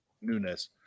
Nunes